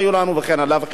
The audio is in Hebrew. וכן הלאה וכן הלאה,